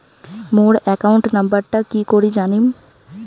মোর account নাম্বারটা কি করি জানিম?